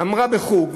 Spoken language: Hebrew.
אמרה בחוג,